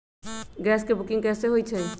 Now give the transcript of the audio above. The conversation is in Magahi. गैस के बुकिंग कैसे होईछई?